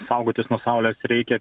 saugotis nuo saulės reikia